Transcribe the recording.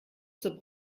zur